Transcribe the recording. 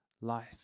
life